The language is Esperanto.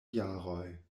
jaroj